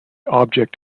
object